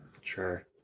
Sure